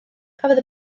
cafodd